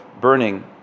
burning